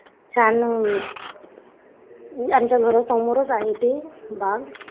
छान म्हणजे आमच्या घरासमोरच आहे ते बाग